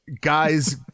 guys